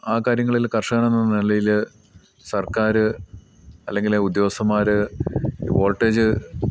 ആ കാര്യങ്ങളിൽ കർഷകനെന്ന നിലയിൽ സർക്കാർ അല്ലെങ്കിൽ ഉദ്യോഗസ്ഥന്മാർ വോൾട്ടേജ്